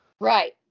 Right